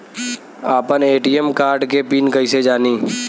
आपन ATM card के PIN कईसे जानी?